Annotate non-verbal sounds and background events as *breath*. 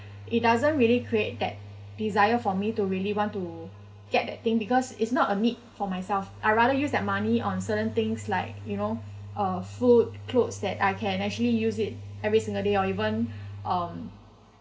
it doesn't really create that desire for me to really want to get that thing because it's not a need for myself I rather use that money on certain things like you know uh food clothes that I can actually use it every single day or even *breath* um